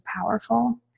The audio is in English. powerful